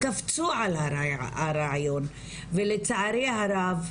קפצו על הרעיון ולצערי הרב,